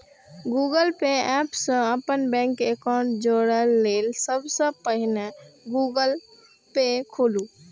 Google Pay app सं अपन bank account जोड़य लेल सबसं पहिने गूगल पे खोलू